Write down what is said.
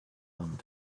thumb